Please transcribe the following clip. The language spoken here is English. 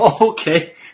Okay